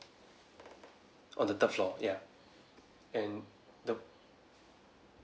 on the third floor ya and the